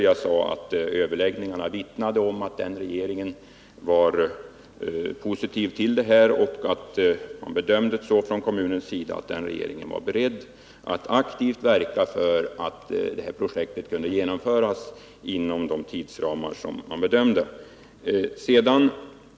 Jag sade att överläggningarna vittnade om att den regeringen var positiv till det här projektet och att man bedömde saken så från kommunens sida att regeringen var beredd att aktivt verka för att projektet kunde genomföras inom de tidsramar man utgått från.